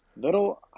Little